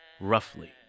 roughly